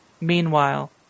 Meanwhile